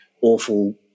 awful